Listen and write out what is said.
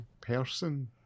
person